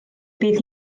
bydd